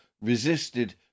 resisted